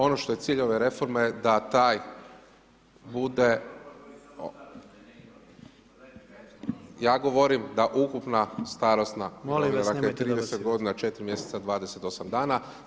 Ono što je cilj ove reforme da taj bude … [[Upadica se ne čuje.]] Ja govorim da ukupna starosna [[Upadica PREDSJEDNIK: Molim vas nemojte dobacivat.]] 30 godina 4 mjeseca i 28 dana.